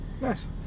Nice